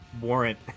Warrant